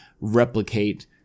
replicate